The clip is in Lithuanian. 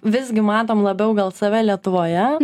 visgi matom labiau gal save lietuvoje